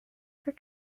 for